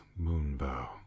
Moonbow